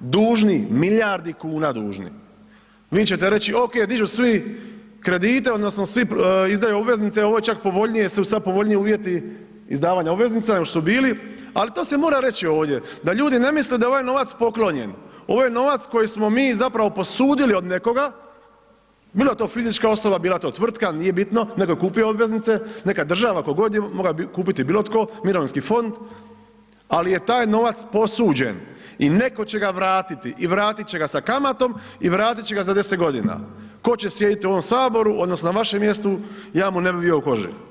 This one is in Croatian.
dužni milijardi kuna dužni, vi ćete reći okej dižu svi kredite odnosno svi izdaju obveznice, ovo je čak povoljnije jel su sad povoljniji uvjeti izdavanja obveznica nego što su bili, ali to se mora reći ovdje da ljudi ne misle da je ovaj novac poklonjen, ovaj novac koji smo mi zapravo posudili od nekoga, bilo to fizička osoba, bila to tvrtka, nije bitno, nego je kupio obveznice, neka država, ko god je, moga bi kupiti bilo tko, mirovinski fond, ali je taj novac posuđen i neko će ga vratiti i vratit će ga sa kamatom i vratit će ga za 10.g., ko će sjediti u ovom saboru odnosno na vašem mjestu, ja mu ne bi bio u koži.